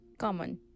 common